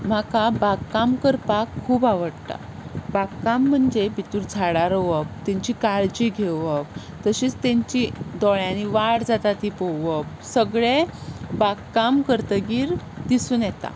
म्हाका बागकाम करपाक खूब आवडटा बागकाम म्हणजे भितर झाडां रोवप तांची काळजी घेवप तशीच तांची दोळ्यांनी वाड जाता ती पळोवप सगळें बागकाम करतकच दिसून येता